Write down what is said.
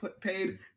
paid